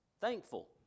thankful